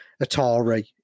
Atari